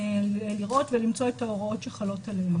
לראות ולמצוא את ההוראות שחלות עליהם.